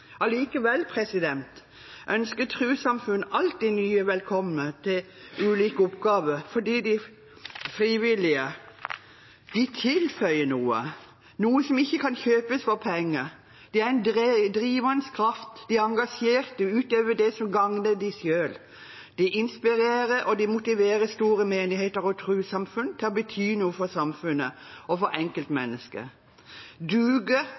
ønsker trossamfunn alltid nye velkommen til ulike oppgaver, for de frivillige tilfører noe – noe som ikke kan kjøpes for penger. De er en drivende kraft. De er engasjert utover det som gagner dem selv. De inspirerer, og de motiverer store menigheter og trossamfunn til å bety noe for samfunnet og for